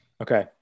Okay